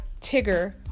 Tigger